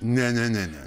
ne ne ne ne